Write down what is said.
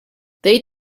they